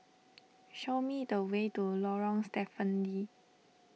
show me the way to Lorong Stephen Lee